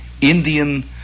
Indian